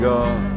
God